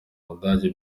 umudage